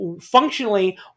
functionally